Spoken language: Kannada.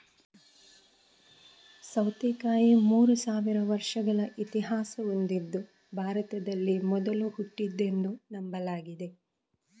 ಸೌತೆಕಾಯಿ ಮೂರು ಸಾವಿರ ವರ್ಷಗಳ ಇತಿಹಾಸ ಹೊಂದಿದ್ದು ಭಾರತದಲ್ಲಿ ಮೊದಲು ಹುಟ್ಟಿದ್ದೆಂದು ನಂಬಲಾಗಿದೆ